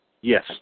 Yes